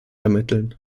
ermitteln